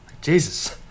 Jesus